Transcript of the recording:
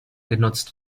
genutzt